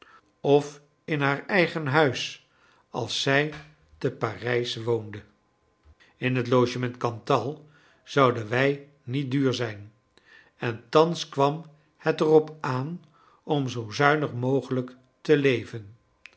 of in haar eigen huis als zij te parijs woonde in het logement cantal zouden wij niet duur zijn en thans kwam het erop aan om zoo zuinig mogelijk te leven